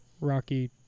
rocky